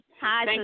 Hi